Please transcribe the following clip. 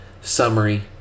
summary